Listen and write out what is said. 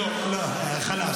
לא, חלש.